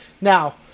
now